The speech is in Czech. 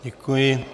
Děkuji.